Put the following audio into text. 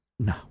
No